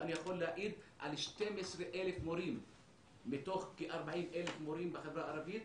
ואני יכול להעיד על 12,000 מורים מתוך כ-40,000 מורים בחברה הערבית,